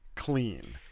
clean